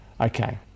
Okay